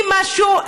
אם משהו,